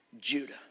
Judah